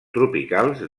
tropicals